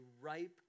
ripe